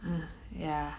uh yeah